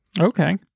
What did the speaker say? Okay